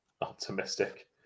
optimistic